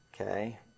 okay